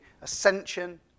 Ascension